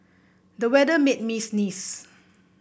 the weather made me sneeze